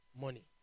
money